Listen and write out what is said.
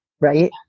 Right